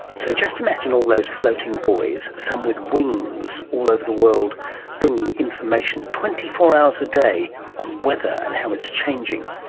so just imagine all those floating buoys, some with wings, all over the world bringing information twenty four hours a day on weather and how it's changing.